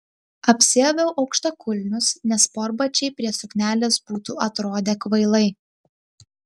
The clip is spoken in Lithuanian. apsiaviau aukštakulnius nes sportbačiai prie suknelės būtų atrodę kvailai